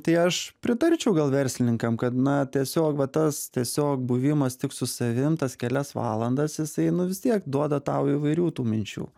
tai aš pritarčiau gal verslininkam kad na tiesiog va tas tiesiog buvimas tik su savim tas kelias valandas jisai nu vis tiek duoda tau įvairių tų minčių